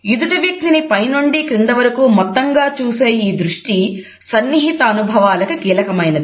ఎదుటి వ్యక్తిని పైనుండి క్రింద వరకూ మొత్తంగా చూసే ఈ దృష్టి సన్నిహిత అనుభవాలకి కీలకమైనది